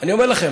אני אומר לכם.